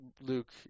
Luke